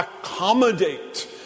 accommodate